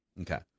Okay